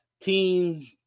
team